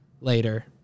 Later